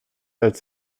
als